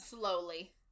Slowly